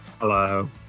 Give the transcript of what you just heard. Hello